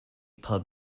pub